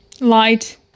light